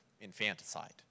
infanticide